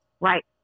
Right